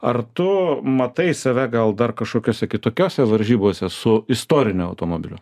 ar tu matai save gal dar kažkokiose kitokiose varžybose su istoriniu automobiliu